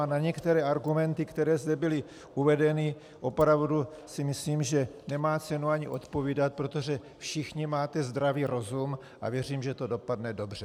A na některé argumenty, které zde byly uvedeny, opravdu si myslím, že nemá cenu ani odpovídat, protože všichni máte zdravý rozum, a věřím, že to dopadne dobře.